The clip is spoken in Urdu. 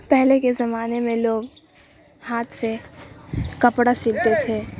پہلے کے زمانے میں لوگ ہاتھ سے کپڑا سلتے تھے